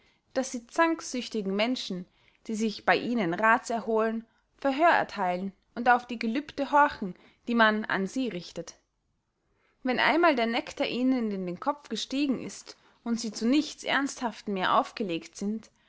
daß sie zanksüchtigen menschen die sich bey ihnen raths erholen verhör ertheilen und auf die gelübde horchen die man an sie richtet wenn einmal der nektar ihnen in den kopf gestiegen ist und sie zu nichts ernsthaftem mehr aufgelegt sind